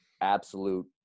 absolute